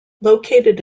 located